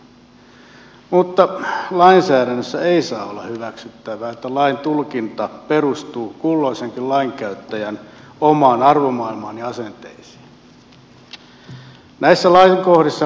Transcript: mutta lainsäädännössä ei saa olla hyväksyttävää että laintulkinta perustuu kulloisenkin lainkäyttäjän omaan arvomaailmaan ja asenteisiin